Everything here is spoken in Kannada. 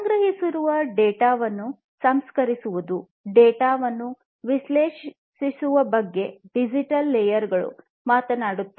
ಸಂಗ್ರಹಿಸಿರುವ ಡೇಟಾವನ್ನು ಸಂಸ್ಕರಿಸುವುದು ಡೇಟಾವನ್ನು ವಿಶ್ಲೇಷಿಸುವ ಬಗ್ಗೆ ಡಿಜಿಟಲ್ ಲೇಯರ್ಗಳು ಮಾತನಾಡುತ್ತವೆ